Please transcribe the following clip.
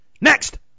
Next